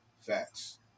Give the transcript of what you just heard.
Facts